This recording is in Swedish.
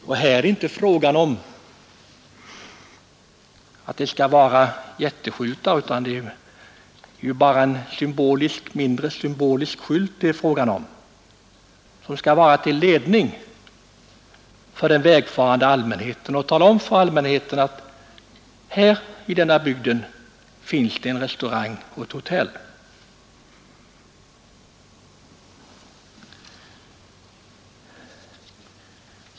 Här är det ju inte frågan om att det skall vara jätteskyltar, utan det är ju en mindre, symbolisk skylt det är frågan om, som skall vara till ledning för den vägfarande allmänheten och tala om för allmänheten att här i denna bygd finns det en restaurang och ett hotell.